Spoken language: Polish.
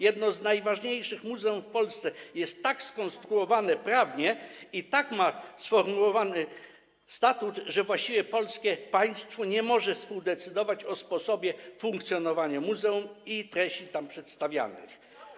Jedno z najważniejszych muzeów w Polsce jest tak skonstruowane prawnie i tak ma sformułowany statut, że właściwie państwo polskie nie może współdecydować o sposobie funkcjonowania muzeum i treści tam przedstawianych.